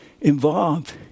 involved